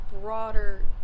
broader